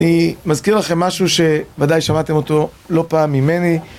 מזכיר לכם משהו שוודאי שמעתם אותו לא פעם ממני